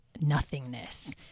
nothingness